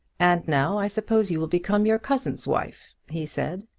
and now i suppose you will become your cousin's wife? he said.